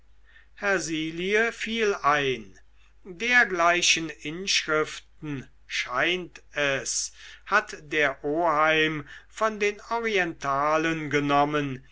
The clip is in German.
hersilie fiel ein dergleichen inschriften scheint es hat der oheim von den orientalen genommen